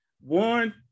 One